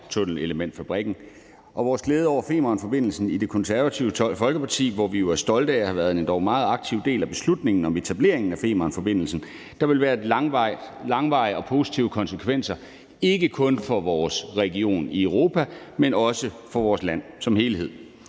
tunnelelementfabrikken, og om vores glæde over Femernforbindelsen i Det Konservative Folkeparti, hvor vi jo er stolte af at have været en endog meget aktiv del af beslutningen om etableringen af Femernforbindelsen. Der vil være langvarige og positive effekter, ikke kun for vores region i Europa, men også for vores land som helhed.